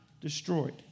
destroyed